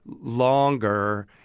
longer